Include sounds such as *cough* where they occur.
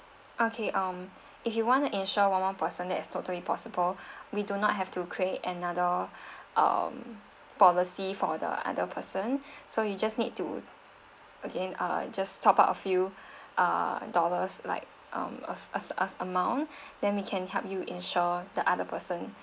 okay um if you want insure one one person that it's totally possible *breath* we do not have to create another *breath* uh policy for the other person *breath* so you just need to again uh just top up a few *breath* uh dollars like um us us us amount *breath* then we can help you insure the other person